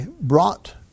brought